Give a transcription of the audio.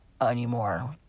anymore